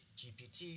gpt